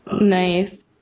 Nice